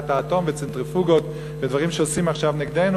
האטום וצנטריפוגות ודברים שעושים עכשיו נגדנו,